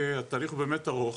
התהליך הוא באמת ארוך,